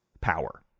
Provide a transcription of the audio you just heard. power